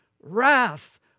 wrath